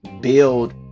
build